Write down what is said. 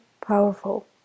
powerful